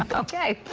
ah okay.